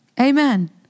Amen